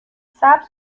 سبز